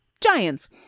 giants